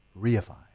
reify